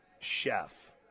chef